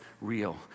real